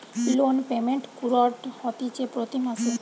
loan payment কুরঢ হতিছে প্রতি মাসে